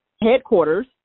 headquarters